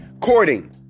Courting